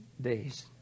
days